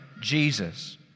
Jesus